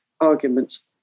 arguments